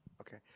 Okay